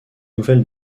nouvelles